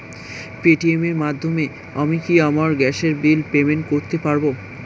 Paytm এর মাধ্যমে আমি কি আমার গ্যাসের বিল পেমেন্ট করতে পারব?